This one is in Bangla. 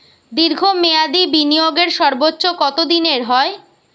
দীর্ঘ মেয়াদি বিনিয়োগের সর্বোচ্চ কত দিনের হয়?